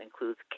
includes